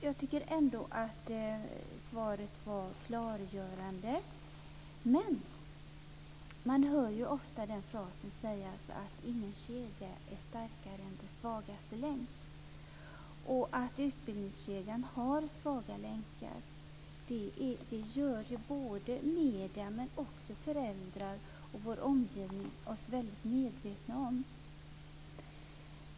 Jag tycker att svaret var klargörande. Men man hör ofta den frasen sägas att ingen kedja är starkare än sin svagaste länk. Utbildningskedjan har svaga länkar. Det har medier, föräldrar och vår omgivning gjort oss väldigt medvetna om.